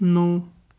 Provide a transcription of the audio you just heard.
ਨੌ